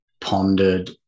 pondered